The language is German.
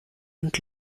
und